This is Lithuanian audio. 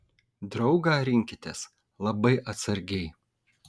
draugą rinkitės labai atsargiai